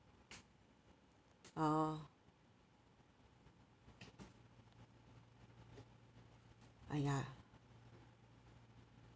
oh !aiya!